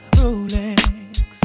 rolex